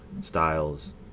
styles